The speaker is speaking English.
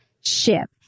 ship